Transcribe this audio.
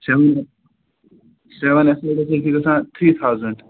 seven seven S S گژھان three thousand